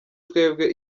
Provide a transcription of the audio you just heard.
twebwe